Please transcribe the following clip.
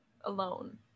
alone